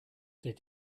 did